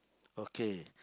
okay